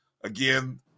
Again